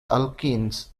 alkenes